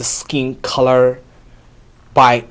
the skin color by